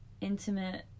intimate